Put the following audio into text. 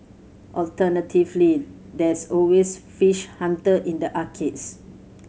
alternatively there's always Fish Hunter in the arcades